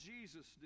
Jesus